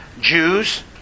Jews